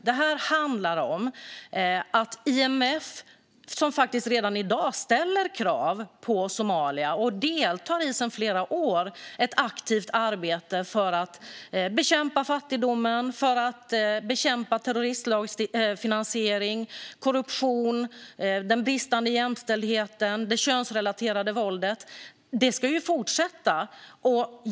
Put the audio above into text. Det här handlar om ett initiativ från IMF, som redan i dag och sedan flera år ställer krav på Somalia att delta i ett aktivt arbete för att bekämpa fattigdomen, terroristfinansiering, korruption, den bristande jämställdheten och det könsrelaterade våldet. Det ska fortsätta.